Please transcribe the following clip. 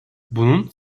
bunun